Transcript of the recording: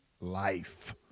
life